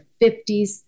50s